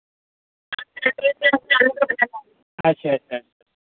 अच्छा अच्छा